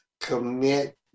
commit